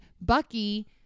Bucky